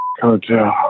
Hotel